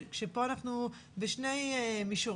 כאשר כאן אנחנו בשני מישורים,